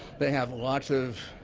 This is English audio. they have lots of